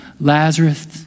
Lazarus